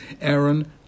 Aaron